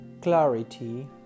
clarity